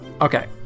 okay